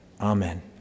Amen